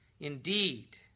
indeed